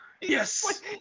Yes